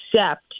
accept